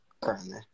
currently